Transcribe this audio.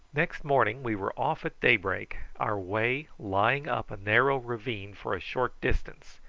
next morning we were off at daybreak, our way lying up a narrow ravine for a short distance,